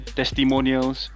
testimonials